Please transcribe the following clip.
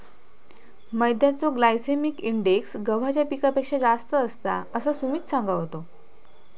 मैद्याचो glycaemic index गव्हाच्या पिठापेक्षा जास्त असता, असा सुमित सांगा होतो